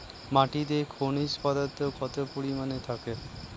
মাটিতে খনিজ পদার্থ কত পরিমাণে থাকে?